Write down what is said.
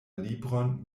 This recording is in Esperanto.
libron